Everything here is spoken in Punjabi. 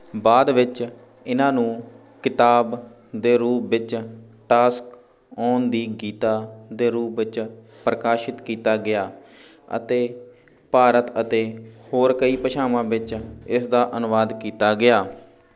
ਬਾਅਦ ਵਿੱਚ ਇਨ੍ਹਾਂ ਨੂੰ ਕਿਤਾਬ ਦੇ ਰੂਪ ਵਿੱਚ ਟਾਸਕ ਔਨ ਦੀ ਗੀਤਾ ਦੇ ਰੂਪ ਵਿੱਚ ਪ੍ਰਕਾਸ਼ਿਤ ਕੀਤਾ ਗਿਆ ਅਤੇ ਭਾਰਤ ਅਤੇ ਹੋਰ ਕਈ ਭਾਸ਼ਾਵਾਂ ਵਿੱਚ ਇਸ ਦਾ ਅਨੁਵਾਦ ਕੀਤਾ ਗਿਆ